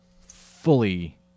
fully